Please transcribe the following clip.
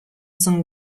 соң